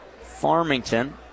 Farmington